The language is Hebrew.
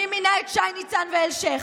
מי מינה את שי ניצן ואלשיך?